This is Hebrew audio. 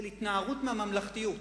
של התנערות מהממלכתיות.